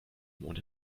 mond